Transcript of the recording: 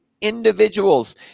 individuals